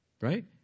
Right